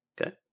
Okay